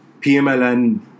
PMLN